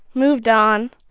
moved on,